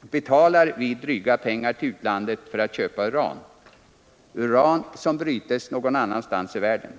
betalar vi dryga pengar till utlandet när vi köper uran — uran som bryts någon annanstans i världen.